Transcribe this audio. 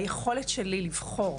היכולת שלי לבחור